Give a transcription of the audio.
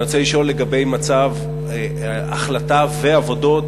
אני רוצה לשאול לגבי מצב ההחלטה והעבודות